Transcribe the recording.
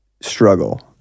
struggle